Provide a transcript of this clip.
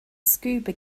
scuba